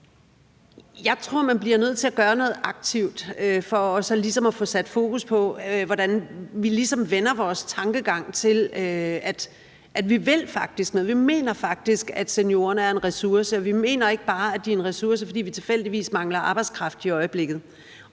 Jeg tror, man bliver nødt til at gøre noget aktivt for ligesom også at få sat fokus på, hvordan vi vænner vores tankegang til, at vi faktisk vil have, og at vi faktisk mener, at seniorerne er en ressource, og at vi ikke bare mener, at de er en ressource, fordi vi tilfældigvis mangler arbejdskraft i øjeblikket.